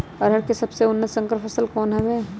अरहर के सबसे उन्नत संकर फसल कौन हव?